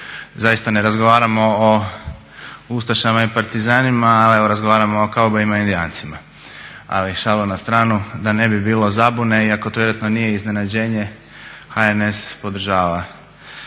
Zaista ne razgovaramo o ustašama i partizanima ali evo razgovaramo o kaubojima i indijancima. Ali šalu na stranu, da ne bi bilo zabune iako to vjerojatno nije iznenađenje HNS podržava